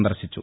സന്ദർശിച്ചു